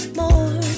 more